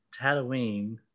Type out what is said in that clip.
Tatooine